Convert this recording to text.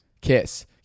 Kiss